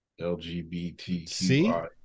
LGBTQI